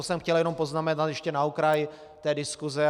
To jsem chtěl jenom poznamenat ještě na okraj diskuse.